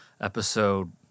episode